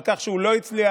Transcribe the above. על כך שהוא לא הצליח,